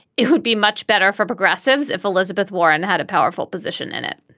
it would be much better for progressives if elizabeth warren had a powerful position in it